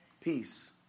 Peace